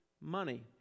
money